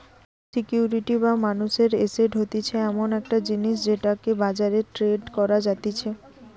security বা মানুষের asset হতিছে এমন একটা জিনিস যেটাকে বাজারে ট্রেড করা যাতিছে